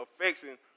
affection